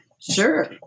Sure